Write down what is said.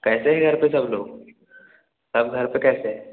कैसे हैं घर पे सब लोग सब घर पर कैसे हैं